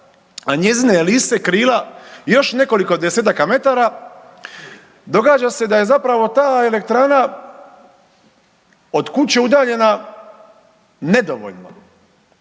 a njezine elise krila još nekoliko desetaka metara događa se da je zapravo ta elektrana od kuće udaljena nedovoljno.